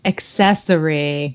Accessory